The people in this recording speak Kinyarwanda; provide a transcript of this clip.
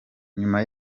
nyuma